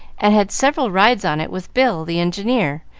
and had several rides on it with bill, the engineer,